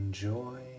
Enjoy